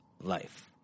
life